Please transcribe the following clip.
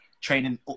Training